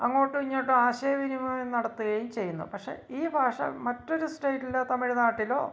അങ്ങോട്ടുവിങ്ങോട്ടും ആശയവിനിമയം നടത്തുകയും ചെയ്യുന്നു പക്ഷെ ഈ ഭാഷ മറ്റൊരു സ്റ്റേറ്റില് തമിഴ്നാട്ടിലോ